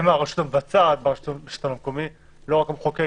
הם הרשות המבצעת ברשות המקומית, לא רק המחוקקת,